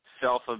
self